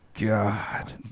God